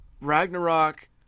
Ragnarok